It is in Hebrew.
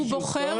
הוא בוחר,